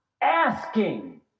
asking